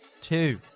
Two